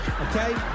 Okay